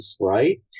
right